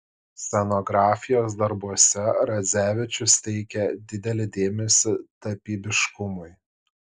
scenografijos darbuose radzevičius teikė didelį dėmesį tapybiškumui